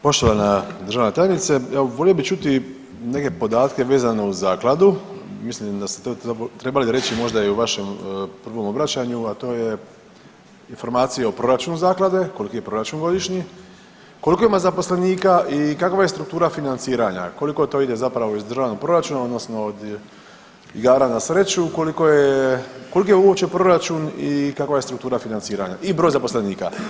Poštovana državna tajnice, evo volio bih čuti neke podatke vezano uz Zakladu, mislim da ste to zapravo trebali reći možda i u vašem prvom obraćanju, a to je informacije o proračunu Zaklada, koliki je proračun godišnji, koliko ima zaposlenika i kakva mu je struktura financiranja, koliko to ide zapravo iz državnog proračuna odnosno igara na sreću, koliki je uopće proračun i kakva je struktura financiranja i broj zaposlenika.